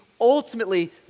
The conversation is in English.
ultimately